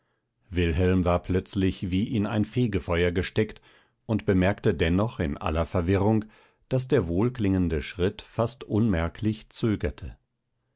wilhelm war plötzlich wie in ein fegefeuer gesteckt und bemerkte dennoch in aller verwirrung daß der wohlklingende schritt fast unmerklich zögerte